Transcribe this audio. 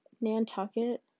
Nantucket